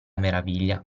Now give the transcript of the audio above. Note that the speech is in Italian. meraviglia